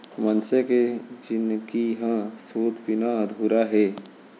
मनसे के जिनगी ह सूत बिना अधूरा हे